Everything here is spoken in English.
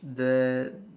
there